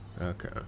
Okay